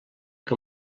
que